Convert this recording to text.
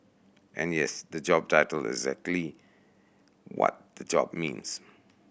and yes the job title is exactly what the job means